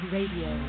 Radio